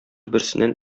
берсеннән